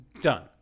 done